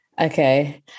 Okay